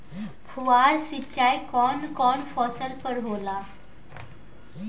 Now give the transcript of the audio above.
फुहार सिंचाई कवन कवन फ़सल पर होला?